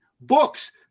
books